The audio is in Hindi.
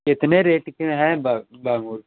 कितने रेट के हैं ब बबुल